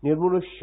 निर्मनुष्य